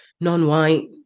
non-white